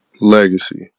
Legacy